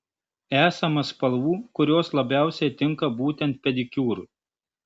esama spalvų kurios labiausiai tinka būtent pedikiūrui